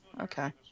Okay